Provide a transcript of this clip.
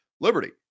Liberty